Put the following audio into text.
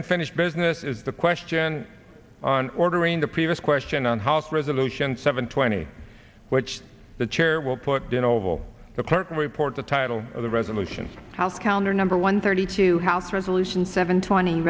unfinished business is the question on ordering the previous question on house resolution seven twenty which the chair will put to an oval the current report the title of the resolution house calendar number one thirty two house resolution seven twenty